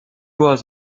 was